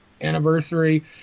anniversary